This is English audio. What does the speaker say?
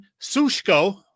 Sushko